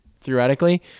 theoretically